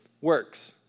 works